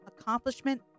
accomplishment